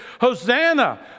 Hosanna